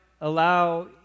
allow